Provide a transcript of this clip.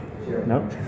No